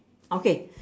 okay